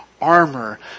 armor